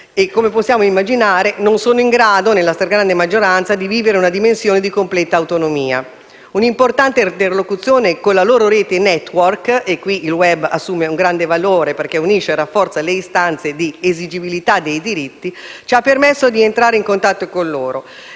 - come possiamo immaginare - non sono in grado, nella stragrande maggioranza, di vivere una dimensione di completa autonomia. Un'importante interlocuzione con la loro rete *network* - e qui il *web* assume un grande valore, perché unisce e rafforza le istanze di esigibilità dei diritti - ci ha permesso di entrare in contatto con loro